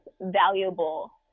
valuable